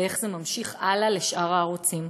ואיך זה ממשיך הלאה לשאר הערוצים,